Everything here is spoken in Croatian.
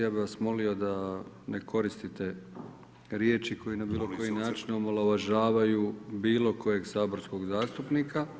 Ja bih vas molio da ne koristite riječi koje na bilo koji način omalovažavaju bilo kojeg saborskog zastupnika.